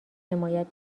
حمایت